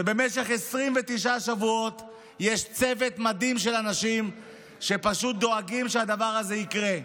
במשך 29 שבועות יש צוות מדהים של אנשים שפשוט דואגים שהדבר הזה יקרה,